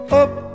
up